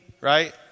right